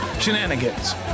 Shenanigans